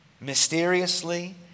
Mysteriously